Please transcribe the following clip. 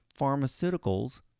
pharmaceuticals